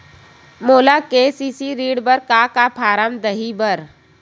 मोला के.सी.सी ऋण बर का का फारम दही बर?